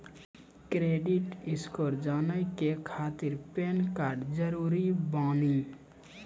Credit score जाने के खातिर पैन कार्ड जरूरी बानी?